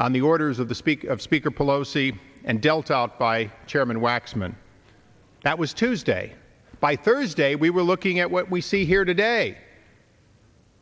on the orders of the speak of speaker pelosi and dealt out by chairman waxman that was tuesday by thursday we were looking at what we see here today